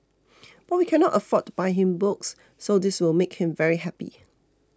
but we cannot afford to buy him books so this will make him very happy